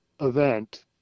event